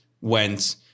went